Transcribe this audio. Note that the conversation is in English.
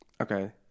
Okay